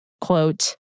Quote